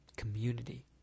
community